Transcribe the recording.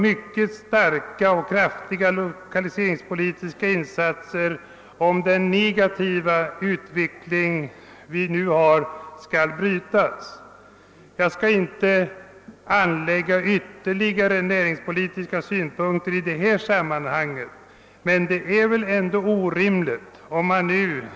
Det behövs mycket kraftiga lokaliseringspolitiska insatser i länet, om .den negativa utvecklingen där skall kunna brytas. Jag skall inte anlägga ytterligare... näringspolitiska synpunkter i detta sammanhang, men jag vill ändå framhålla att det måste vara orimligt.